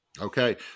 Okay